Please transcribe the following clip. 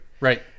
right